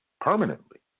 permanently